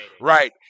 right